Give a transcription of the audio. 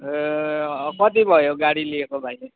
ए कति भयो गाडी लिएको भाइले